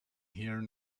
here